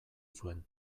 zuen